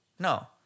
No